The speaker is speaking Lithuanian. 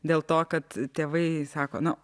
dėl to kad tėvai sako nu